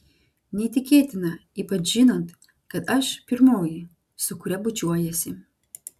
neįtikėtina ypač žinant kad aš pirmoji su kuria bučiuojiesi